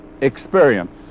experience